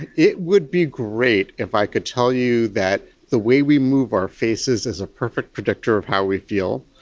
it would be great if i could tell you that the way we move our faces is a perfect predictor of how we feel,